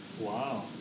Wow